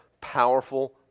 powerful